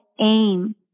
aim